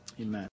Amen